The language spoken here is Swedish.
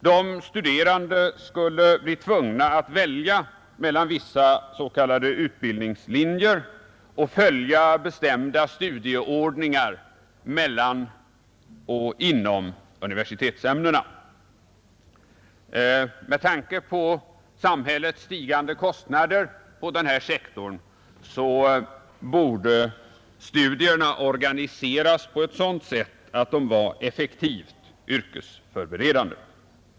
De studerande skulle bli tvungna att välja mellan vissa s.k. utbildningslinjer och följa bestämda studieordningar mellan och inom universitetsämnena. Med tanke på samhällets stigande kostnader på den här sektorn borde studierna organiseras på ett sådant sätt att de var effektivt yrkesförberedande.